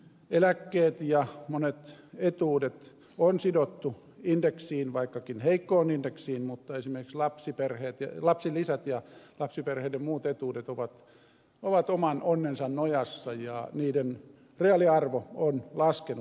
eläkkeet ja monet etuudet on sidottu indeksiin vaikkakin heikkoon indeksiin mutta esimerkiksi lapsilisät ja lapsiperheiden muut etuudet ovat oman onnensa nojassa ja niiden reaaliarvo on laskenut